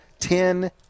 Ten